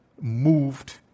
moved